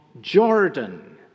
Jordan